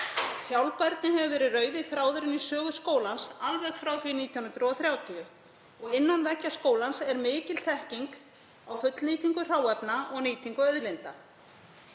Sjálfbærni hefur verið rauði þráðurinn í sögu skólans alveg frá því 1930 og innan veggja skólans er mikil þekking á fullnýtingu hráefna og nýtingu auðlinda.